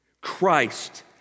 Christ